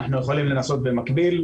אנחנו יכולים לנסות במקביל,